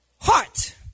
heart